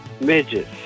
midgets